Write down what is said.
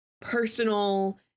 personal